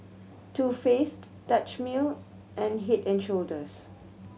Too Faced Dutch Mill and Head and Shoulders